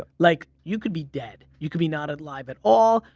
ah like you could be dead, you could be not alive at all.